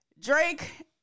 Drake